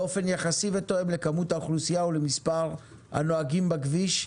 באופן יחסי ותואם לכמות האוכלוסייה ולמספר הנוהגים בכביש,